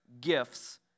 gifts